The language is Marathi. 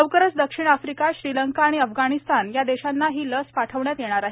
लवकरच दक्षिण आफ्रिका श्रीलंका आणि अफगाणिस्तान या देशांना ही लस पाठवण्यात येणार आहे